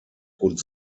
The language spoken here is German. und